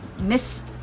Miss